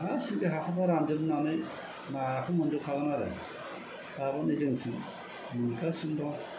गासिबो बे हाखरफ्रा रानजोबनानै नाखौ मोनजोबखागोन आरो दाबो नै जोंनिथिं मोनगासिनो दं